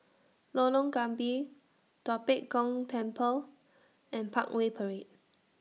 Lorong Gambir Tua Pek Kong Temple and Parkway Parade